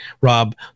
Rob